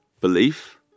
belief